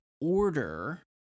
order